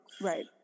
Right